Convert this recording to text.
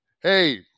Hey